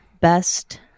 best